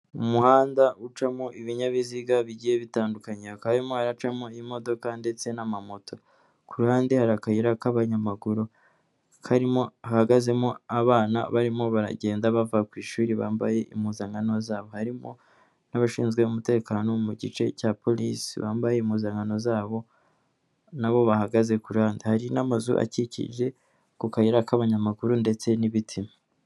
Mu umuhanda ucamo ibinyabiziga bigiye bitandukanye hakaba harimo haaracamo imodoka ndetse n'amamoto ku ruhande hari akayira k'abanyamaguru karimo ahagazemo abana barimo baragenda bava ku ishuri bambaye impuzankano zabo harimo n'abashinzwe umutekano mu gice cya polisi bambaye impuzankano zabo nabo bahagaze kuri hari n'amazu akikije ku kayira k'abanyamaguru ndetse n'ibiti.